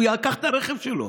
הוא ייקח את הרכב שלו.